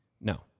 No